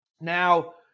Now